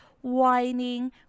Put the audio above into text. whining